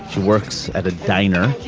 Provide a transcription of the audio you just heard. works at a diner.